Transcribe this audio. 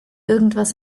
irgendwas